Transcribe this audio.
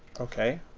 okay,